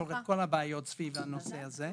שיפתור את כל הבעיות סביב הנושא הזה.